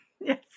yes